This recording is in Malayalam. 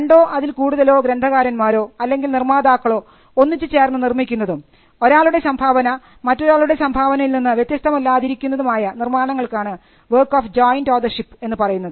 രണ്ടോ അതിൽ കൂടുതലോ ഗ്രന്ഥകാരൻമാരോ അല്ലെങ്കിൽ നിർമ്മാതാക്കളോ ഒന്നിച്ചുചേർന്നു നിർമ്മിക്കുന്നതും ഒരാളുടെ സംഭാവന മറ്റൊരാളുടെ സംഭാവനയിൽ നിന്നും വ്യത്യസ്തമല്ലാതിരിക്കുന്നതും ആയ നിർമ്മാണങ്ങൾക്കാണ് വർക്ക് ഓഫ് ജോയിൻറ് ഓതർഷിപ്പ് എന്ന് പറയുന്നത്